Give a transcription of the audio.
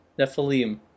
nephilim